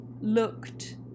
looked